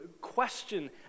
question